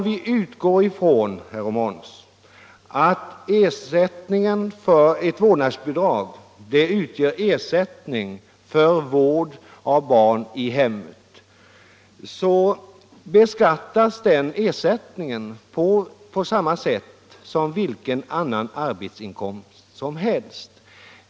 Vi utgår ifrån, herr Romanus, att ett vårdnadsbidrag utgör ersättning för vård av barn i hemmet, och då beskattas den ersättningen på samma sätt som vilken annan arbetsinkomst som helst.